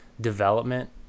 development